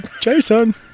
Jason